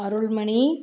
Arulmani